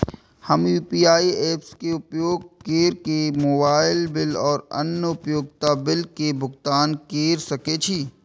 हम UPI apps के उपयोग केर के मोबाइल बिल और अन्य उपयोगिता बिल के भुगतान केर सके छी